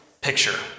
picture